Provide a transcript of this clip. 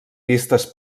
vistes